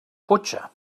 cotxe